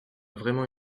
vraiment